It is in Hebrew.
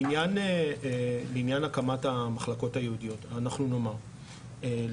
לעניין הקמת המחלקות הייעודיות - לטעמנו,